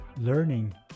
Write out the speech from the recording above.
Learning